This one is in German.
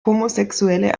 homosexuelle